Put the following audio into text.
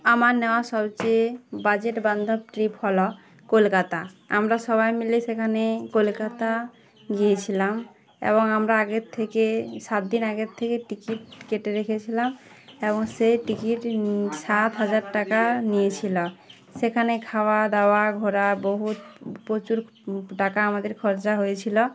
আমার নেওয়া সবচেয়ে বাজেট বান্ধব ট্রিপ হল কলকাতা আমরা সবাই মিলে সেখানে কলকাতা গিয়েছিলাম এবং আমরা আগের থেকে সাত দিন আগের থেকে টিকিট কেটে রেখেছিলাম এবং সে টিকিট সাত হাজার টাকা নিয়েছিলো সেখানে খাওয়া দাওয়া ঘোরা বহুত প্রচুর টাকা আমাদের খরচা হয়েছিলো